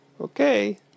Okay